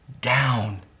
down